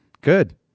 Good